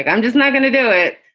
i'm just not going to do it.